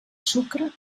sucre